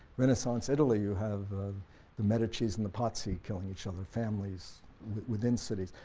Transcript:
renaissance italy you have the medici's and the pazzi killing each other, families within cities,